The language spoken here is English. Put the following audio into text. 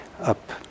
up